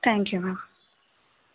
thank you ma'am